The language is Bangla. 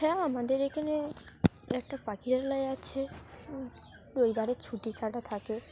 হ্যাঁ আমাদের এখানে একটা পাখিরালয় আছে রবিবারে ছুটিছাটা থাকে